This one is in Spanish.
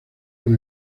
con